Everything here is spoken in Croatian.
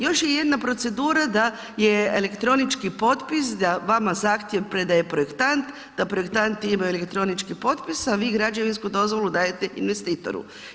Još je jedna procedura da je elektronički potpis, da vama zahtjev predaje projektant, da projektant imaju elektronički potpis a vi građevinsku dozvolu dajete investitoru.